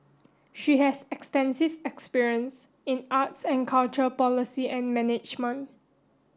she has extensive experience in arts and culture policy and management